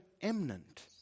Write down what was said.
eminent